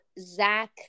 Zach